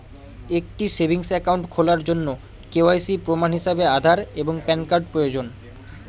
একটি savings account খোলার জন্য কে.ওয়াই.সি প্রমাণ হিসাবে আধার এবং প্যান কার্ড প্রয়োজন